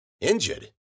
Injured